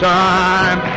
time